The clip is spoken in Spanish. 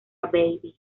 baby